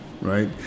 right